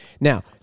Now